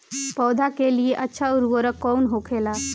पौधा के लिए अच्छा उर्वरक कउन होखेला?